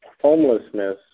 homelessness